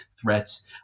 threats